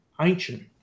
ancient